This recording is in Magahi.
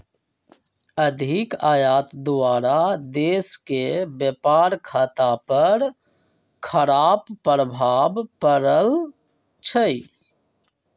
अधिक आयात द्वारा देश के व्यापार खता पर खराप प्रभाव पड़इ छइ